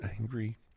angry